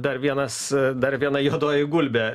dar vienas dar viena juodoji gulbė